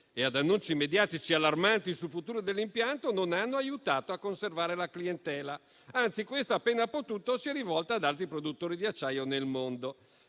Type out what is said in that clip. e ad annunci mediatici allarmanti sul futuro dell'impianto, non hanno aiutato a conservare la clientela. Anzi, questa appena ha potuto si è rivolta ad altri produttori di acciaio nel mondo.